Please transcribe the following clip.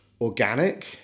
organic